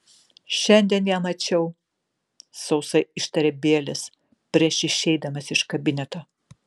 šiandien ją mačiau sausai ištarė bielis prieš išeidamas iš kabineto